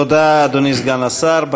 תודה, אדוני סגן השר.